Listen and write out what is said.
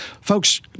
Folks